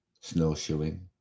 snowshoeing